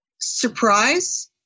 Surprise